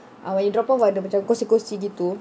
err when you drop off ada kerusi-kerusi gitu